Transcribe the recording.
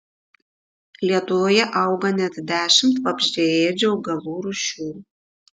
lietuvoje auga net dešimt vabzdžiaėdžių augalų rūšių